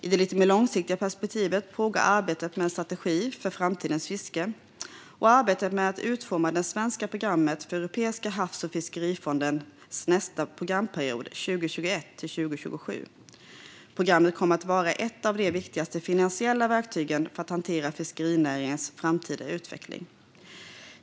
I det lite mer långsiktiga perspektivet pågår arbetet med en strategi för framtidens fiske och arbetet med att utforma det svenska programmet för Europeiska havs och fiskerifondens nästa programperiod 2021-2027. Programmet kommer att vara ett av de viktigaste finansiella verktygen för att hantera fiskerinäringens framtida utveckling.